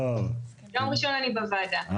יום ראשון אני בוועדה.